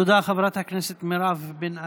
תודה, חברת הכנסת מירב בן ארי.